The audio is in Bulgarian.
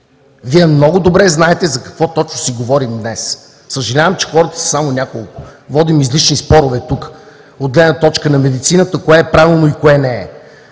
Вие много добре знаете за какво точно си говорим днес. Съжалявам, че хората са само няколко. Водим излишни спорове тук от гледна точка на медицината кое е правилно и кое не е.